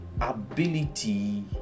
ability